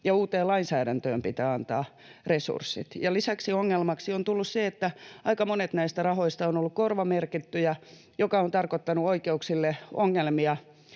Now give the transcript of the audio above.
uuteen lainsäädäntöön pitää antaa resurssit. Lisäksi ongelmaksi on tullut se, että aika monet näistä rahoista ovat olleet korvamerkittyjä, mikä on tarkoittanut oikeuksille ongelmia